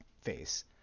face